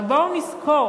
הרי בואו נזכור,